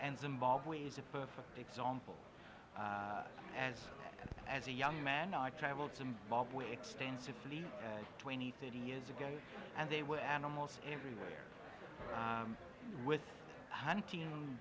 and zimbabwe is a perfect example as as a young man i travelled zimbabwe extensively twenty thirty years ago and they were animals everywhere with hunting